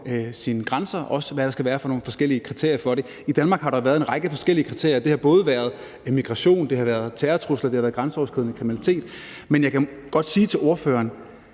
sine grænser, og hvad for nogle forskellige kriterier der skal være for det. I Danmark har der jo været en række forskellige kriterier. Det har både været migration, det har været terrortrusler, det har været grænseoverskridende kriminalitet. Men jeg kan godt sige til ordføreren,